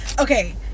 Okay